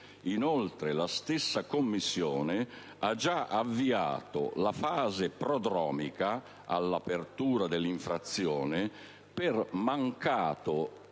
Inoltre, la stessa Commissione ha già avviato la fase prodromica all'apertura dell'infrazione per il mancato